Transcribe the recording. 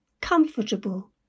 comfortable